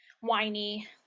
whiny